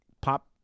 pop